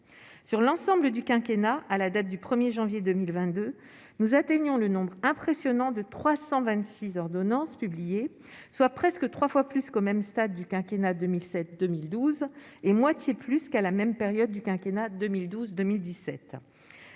sur l'ensemble du quinquennat à la date du 1er janvier 2022, nous atteignons le nombre impressionnant de 326 ordonnance publiée, soit presque 3 fois plus qu'au même stade du quinquennat 2007, 2012 et moitié plus qu'à la même période du quinquennat 2012, 2017,